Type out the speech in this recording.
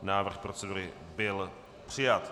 Návrh procedury byl přijat.